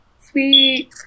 sweet